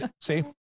See